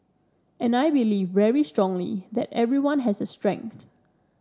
and I believe very strongly that everyone has a strength